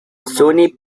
sony